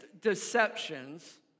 deceptions